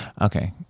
Okay